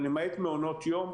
למעט מעונות יום,